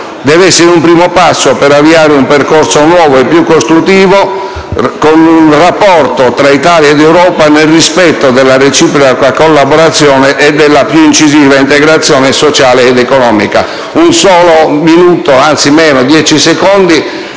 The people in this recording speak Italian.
deve essere un primo passo per avviare un percorso nuovo e un più costruttivo rapporto tra Italia ed Europa nel rispetto della reciproca collaborazione e della più incisiva integrazione sociale ed economica. Desidero infine esprimere